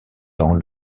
temps